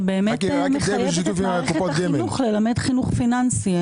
שמחייב את מערכת החינוך ללמד חינוך פיננסי.